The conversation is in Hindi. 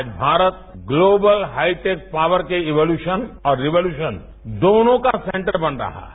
आज भारत ग्लोबल हाइटेक पॉवर के इवोल्युशन और रिवोल्यूशन दोनों का सेंटर बन रहा है